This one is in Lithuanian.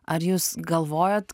ar jūs galvojat